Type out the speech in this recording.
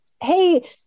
hey